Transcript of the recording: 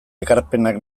ekarpenak